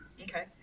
Okay